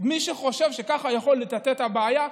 מי שחושב שככה הוא יכול לטאטא את הבעיה,